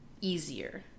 easier